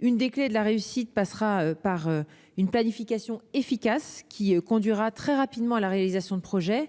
Une des clés de la réussite passera par une planification efficace, qui conduira très rapidement à la réalisation de projets.